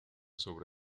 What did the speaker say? sobre